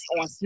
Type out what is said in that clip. on